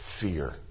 fear